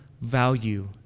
value